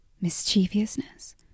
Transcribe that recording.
mischievousness